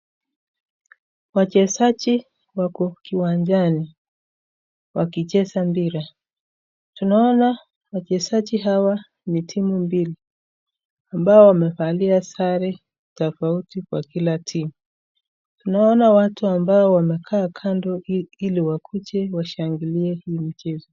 Wachezaji wako kiwanjani wakicheza mpira. Tunaona wachezaji hawa ni timu mbili ambao wamevalia sare tofauti kwa kila timu. Tunaona watu ambao wamekaa kando ili wakuje washangilie hilo timu.